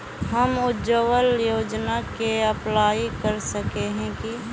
हम उज्वल योजना के अप्लाई कर सके है की?